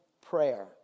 prayer